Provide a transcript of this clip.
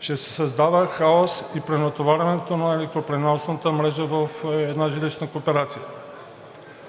ще се създава хаос и пренатоварване на електропреносната мрежа в една жилищна кооперация.